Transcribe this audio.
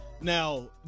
Now